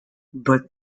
but